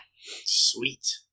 Sweet